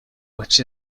which